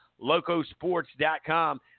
locosports.com